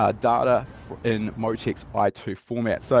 ah data in motec's i two format. so